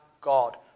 God